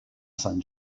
sant